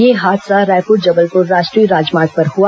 यह हादसा रायपुर जबलपुर राष्ट्रीय राजमार्ग पर हुआ